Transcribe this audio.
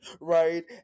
right